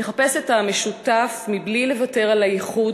לחפש את המשותף מבלי לוותר על הייחוד,